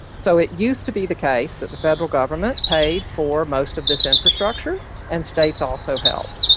so it used to be the case that the federal government paid for most of this infrastructure and states also helped.